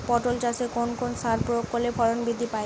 পটল চাষে কোন কোন সার প্রয়োগ করলে ফলন বৃদ্ধি পায়?